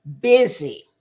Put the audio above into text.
Busy